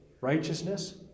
righteousness